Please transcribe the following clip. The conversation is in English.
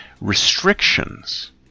restrictions